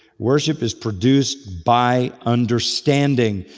worship is produced by understanding.